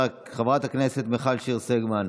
חברת הכנסת מיכל שיר סגמן,